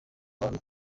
abantu